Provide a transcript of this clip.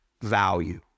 value